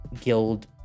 guild